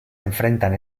enfrentan